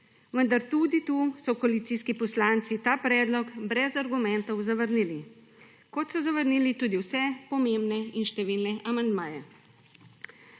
vendar tudi tu so koalicijski poslanci ta predlog brez argumentov zavrnili, kot so zavrnili tudi vse pomembne in številne amandmaje.